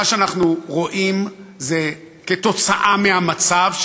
מה שאנחנו רואים זה שבגלל המצב,